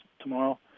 tomorrow